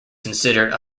considered